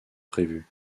prévu